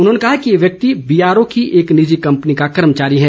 उन्होंने कहा कि ये व्यक्ति बीआरओ की एक निजी कम्पनी का कर्मचारी है